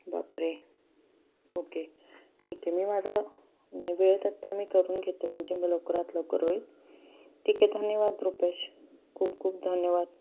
बापरे ओके ठीक आहे मी माझं नाही वेळेत आत्ता मी करून घेते म्हणजे मग लवकरात लवकर होईल ठीक आहे धन्यवाद रुपेश खूप खूप धन्यवाद